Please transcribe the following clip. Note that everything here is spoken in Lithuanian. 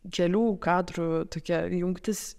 kelių kadrų tokia jungtis